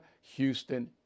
Houston